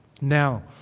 now